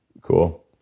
Cool